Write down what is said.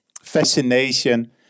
fascination